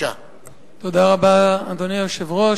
אדוני היושב-ראש,